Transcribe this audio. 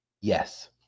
Yes